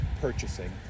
purchasing